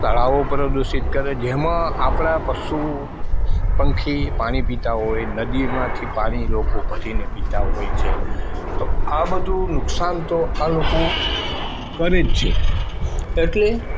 તળાવો પણ દૂષિત કરે જેમાં આપણાં પશુ પંખી પાણી પીતાં હોય નદીમાંથી પાણી લોકો ભરીને પીતા હોય છે તો આ બધું નુકસાન તો આ લોકો કરે જ છે એટલે